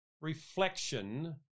reflection